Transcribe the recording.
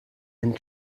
and